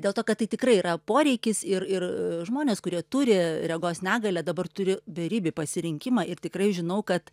dėl to kad tai tikrai yra poreikis ir ir žmonės kurie turi regos negalią dabar turi beribį pasirinkimą ir tikrai žinau kad